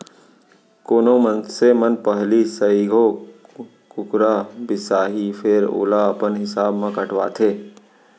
कोनो मनसे मन पहिली सइघो कुकरा बिसाहीं फेर ओला अपन हिसाब म कटवाथें